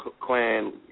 clan